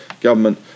government